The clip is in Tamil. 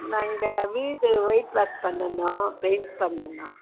நான் இங்கே வீடு ஒயிட் வாஷ் பண்ணனும் பெயிண்ட் பண்ணனும்